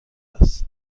است